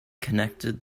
connected